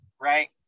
right